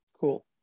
Cool